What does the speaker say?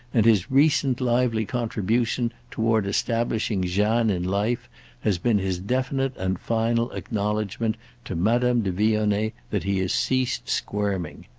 and his recent lively contribution toward establishing jeanne in life has been his definite and final acknowledgement to madame de vionnet that he has ceased squirming.